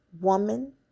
woman